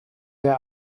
der